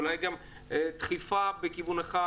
ואולי גם דחיפה בכיוון אחד,